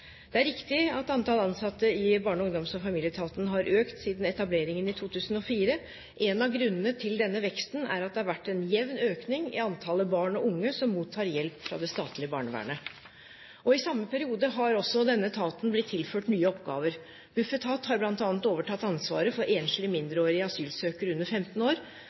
Det er riktig at antall ansatte i Barne-, ungdoms- og familieetaten har økt siden etableringen i 2004. En av grunnene til denne veksten er at det har vært en jevn økning i antallet barn og unge som mottar hjelp fra det statlige barnevernet. I samme periode har også etaten blitt tilført nye oppgaver. Bufetat har bl.a. overtatt ansvaret for enslige mindreårige asylsøkere under 15 år.